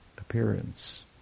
appearance